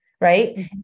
Right